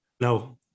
No